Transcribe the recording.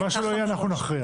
כי מה שלא יהיה אנחנו נכריע.